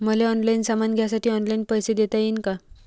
मले ऑनलाईन सामान घ्यासाठी ऑनलाईन पैसे देता येईन का?